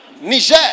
Niger